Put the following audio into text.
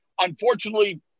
unfortunately